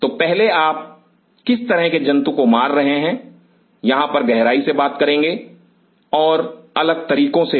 तो पहले आप किस तरह से जंतु को मार रहे हैं यहां पर गहराई से बात करेंगे और अलग तरीकों से भी